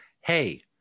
Hey